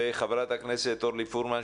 וחברת הכנסת אורלי פורמן,